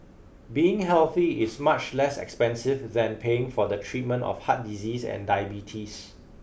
being healthy is much less expensive than paying for the treatment of heart disease and diabetes